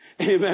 Amen